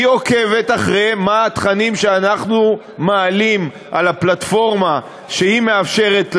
היא עוקבת אחרי התכנים שאנחנו מעלים בפלטפורמה שהיא מאפשרת לנו.